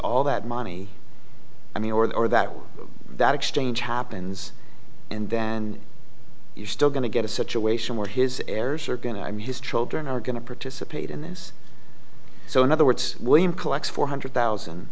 all that money i mean or that that exchange happens and then you're still going to get a situation where his heirs are going to i mean his children are going to participate in this so in other words william collects four hundred thousand